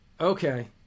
okay